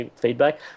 feedback